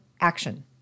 action